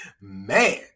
Man